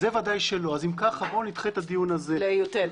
אם כך בוא נדחה את הדיון הזה ל-יט.